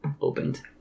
opened